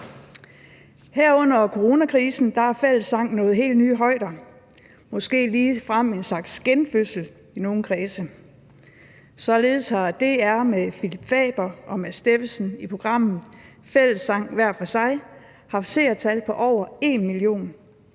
Her under coronakrisen har fællessang nået helt nye højder – måske ligefrem en slags genfødsel i nogle kredse. Således har DR med Phillip Faber og Mads Steffensen i programmet »Fællessang - hver for sig« haft seertal på over en million,